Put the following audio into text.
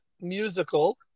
musical